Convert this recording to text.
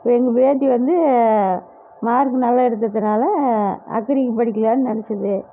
எங்கள் பேத்தி வந்து மார்க் நல்லா எடுத்ததுனால் அக்ரிக்கு படிக்கலானு நினச்சிது